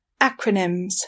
Acronyms